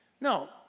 No